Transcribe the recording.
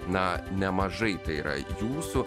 na nemažai tai yra jūsų